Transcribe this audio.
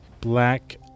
black